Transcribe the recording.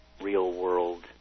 real-world